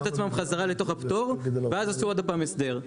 את עצמם חזרה לתוך הפטור ואז עשו עוד פעם הסדר.